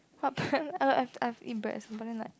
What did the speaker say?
what bread I've I've I've eat bread but then like